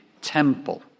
temple